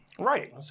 Right